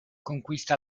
conquista